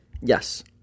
Yes